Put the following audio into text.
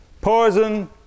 Poison